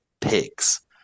pigs